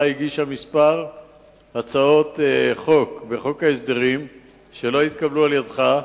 הגישה כמה הצעות חוק שלא התקבלו על-ידך.